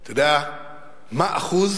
אתה יודע מה אחוז